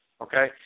okay